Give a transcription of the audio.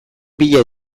bila